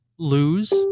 lose